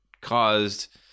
caused